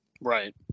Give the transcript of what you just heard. Right